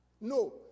No